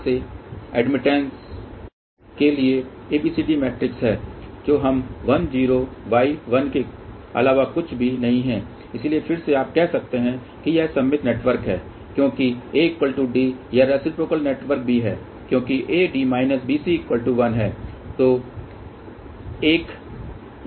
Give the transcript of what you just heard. तो यह shunt admittance के लिए ABCD मैट्रिक्स है जो 1 0 Y 1 के अलावा कुछ भी नहीं है इसलिए फिर से आप कह सकते हैं कि यह सममित नेटवर्क है क्योंकि AD यह रेसिप्रोकल नेटवर्क भी है क्योंकि AD BC1 है